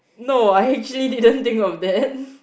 no I actually didn't think of that